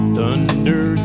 Thunder